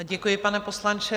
Děkuji, pane poslanče.